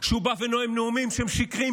כשהוא בא ונואם נאומים שקריים,